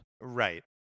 right